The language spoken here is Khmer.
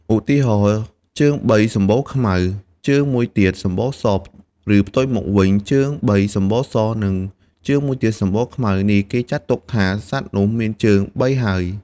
ឧទាហរណ៍ ជើងបីសម្បុរខ្មៅ ជើងមួយទៀតសម្បុរស ឬផ្ទុយមកវិញ ជើងបីសម្បុរស និងជើងមួយទៀតសម្បុរខ្មៅ នេះគេចាត់ថា សត្វនោះមានជើងបីហើយ។